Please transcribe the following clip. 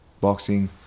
boxing